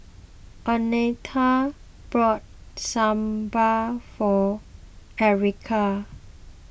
oneta bought Sambar for Erika